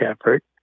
effort